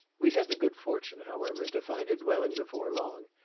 we had the good fortune, however, to find a dwelling before long,